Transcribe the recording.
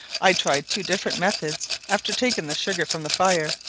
i tried two different methods after taking the sugar from the fire,